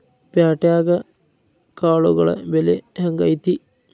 ಪ್ಯಾಟ್ಯಾಗ್ ಕಾಳುಗಳ ಬೆಲೆ ಹೆಂಗ್ ಐತಿ?